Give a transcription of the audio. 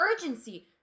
urgency